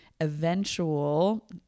eventual